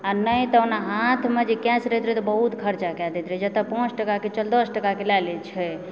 आ नहि तहन हाथमे जे कैश रहैत रहय तऽ बहुत खरचा कए दैत रहय जतहुँ पाँच टका दश टकाके लए छै